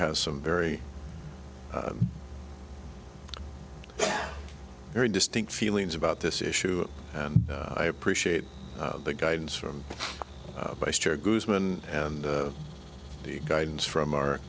has some very very distinct feelings about this issue and i appreciate the guidance from and the guidance from our